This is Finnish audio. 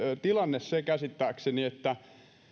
tilanne käsittääkseni se että